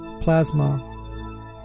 plasma